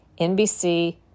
NBC